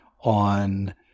on